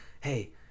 Hey